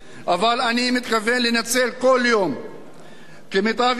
אבל אני מתכוון לנצל כל יום כמיטב יכולתי